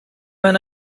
and